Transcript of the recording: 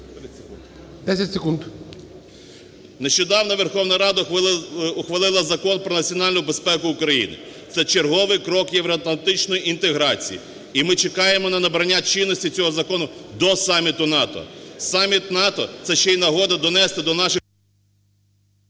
Нещодавно Верховна Рада ухвалила Закон "Про національну безпеку України". Це черговий крок євроатлантичної інтеграції, і ми чекаємо на набрання чинності цього закону до саміту НАТО. Саміт НАТО – це ще й нагода донести до наших…